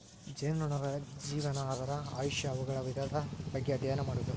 ಜೇನುನೊಣಗಳ ಜೇವನಾ, ಅದರ ಆಯುಷ್ಯಾ, ಅವುಗಳ ವಿಧದ ಬಗ್ಗೆ ಅದ್ಯಯನ ಮಾಡುದು